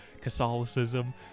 Catholicism